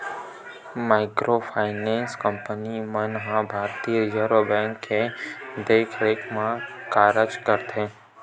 micro finance company मन ह भारतीय रिजर्व बेंक के देखरेख म कारज करथे